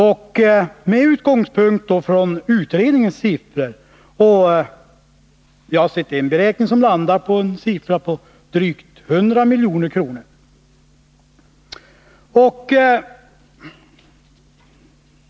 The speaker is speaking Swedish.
Jag har sett en som landar på drygt 100 milj.kr.